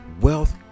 Wealth